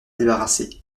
débarrassée